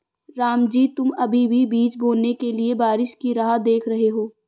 रामजी तुम अभी भी बीज बोने के लिए बारिश की राह देख रहे हो?